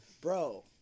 bro